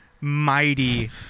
mighty